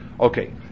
Okay